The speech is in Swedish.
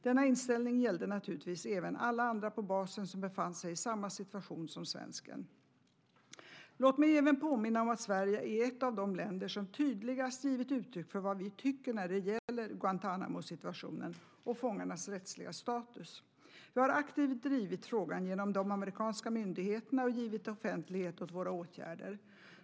Denna inställning gällde naturligtvis även alla andra på basen som befann sig i samma situation som svensken. Låt mig även påminna om att Sverige är ett av de länder som tydligast givit uttryck för vad vi tycker när det gäller Guantánamosituationen och fångarnas rättsliga status. Vi har aktivt drivit frågan gentemot de amerikanska myndigheterna och givit offentlighet åt våra åtgärder.